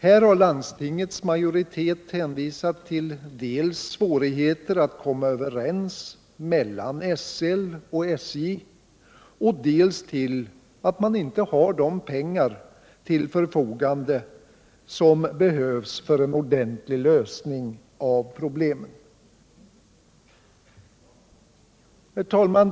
Här har landstingets majoritet hänvisat dels till svårigheter att komma överens mellan SL och SJ, dels till att man inte har de pengar till förfogande som behövs för en ordentlig lösning av problemet. Herr talman!